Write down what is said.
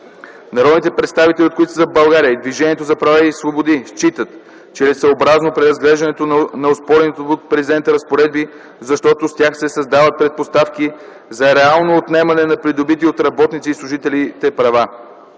Народните представители от Коалиция за България и Движението за права и свободи считат, че е целесъобразно преразглеждането на оспорените от президента разпоредби, защото с тях се създават предпоставки за реално отнемане на придобити от работниците и служителите права.